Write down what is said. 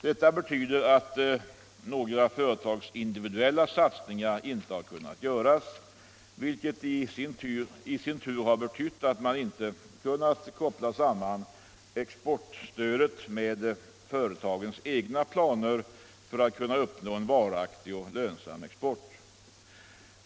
Detta betyder att några företagsindividuella satsningar inte har kunnat göras, vilket i sin tur har betytt att man inte kunnat koppla samman exportstödet med företagens egna planer för att kunna uppnå en varaktig och lönsam export.